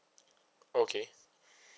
okay